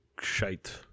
shite